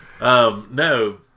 No